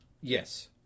Yes